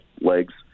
legs